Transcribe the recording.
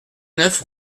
neuf